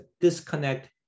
disconnect